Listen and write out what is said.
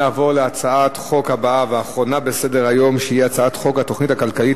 נעבור להצעת החוק הבאה והאחרונה בסדר-היום: הצעת חוק התוכנית הכלכלית